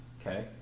Okay